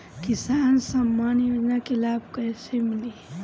किसान सम्मान योजना के लाभ कैसे मिली?